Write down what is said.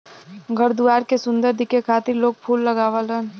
घर दुआर के सुंदर दिखे खातिर लोग फूल लगावलन